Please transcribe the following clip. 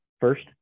First